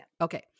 Okay